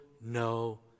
no